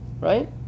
right